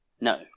No